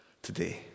today